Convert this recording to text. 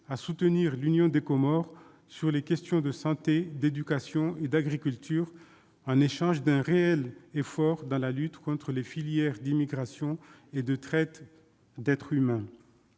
à soutenir l'Union des Comores sur les questions de santé, d'éducation et d'agriculture en échange d'un réel effort dans la lutte contre les filières d'immigration et de traite d'êtres humains.